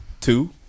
two